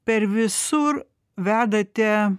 per visur vedate